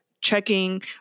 checking